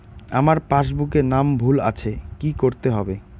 আমার পাসবুকে নাম ভুল আছে কি করতে হবে?